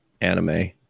anime